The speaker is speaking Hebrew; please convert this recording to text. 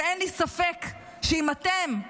אין לי ספק שאם אתם,